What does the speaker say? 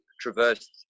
traversed